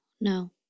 No